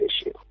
issue